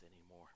anymore